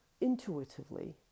intuitively